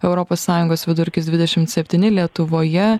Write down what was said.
europos sąjungos vidurkis dvidešimt septyni lietuvoje